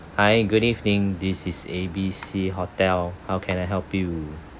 hi good evening this is A_B_C hotel how can I help you